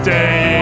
day